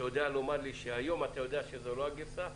אתה יודע היום לומר לי שזאת לא הגרסה האחרונה?